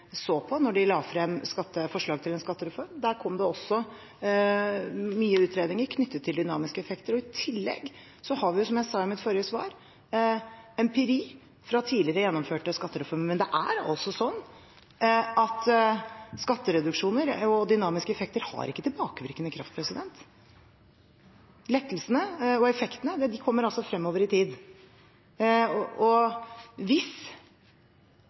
så på da de la frem forslag til en skattereform. Der kom det også utredninger knyttet til dynamiske effekter, og i tillegg har vi, som jeg sa i mitt forrige svar, empiri fra tidligere gjennomførte skattereformer, men det er altså sånn at skattereduksjoner og dynamiske effekter har ikke tilbakevirkende kraft. Lettelsene og effektene kommer fremover i tid. Hvis